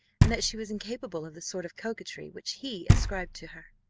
and that she was incapable of the sort of coquetry which he ascribed to her.